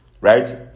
right